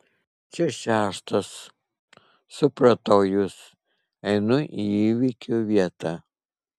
čia šeštas supratau jus einu į įvykio vietą